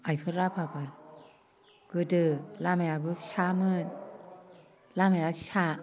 आइफोर आफाफोर गोदो लामायाबो फिसामोन लामाया फिसा